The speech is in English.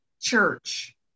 church